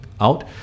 out